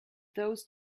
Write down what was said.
those